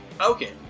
Okay